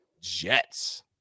Jets